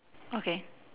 okay